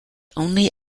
only